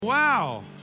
Wow